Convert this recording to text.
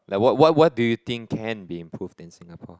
then what what what do you think can be improved in Singapore